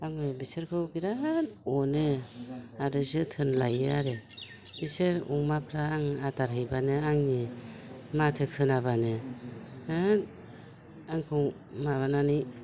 आङो बिसोरखौ बिराद अनो आरो जोथोन लायो आरो बिसोर अमाफ्रा आं आदार हैब्लानो आंनि माथो खोनाब्लानो हाब आंखौ माबानानै